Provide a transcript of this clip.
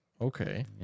Okay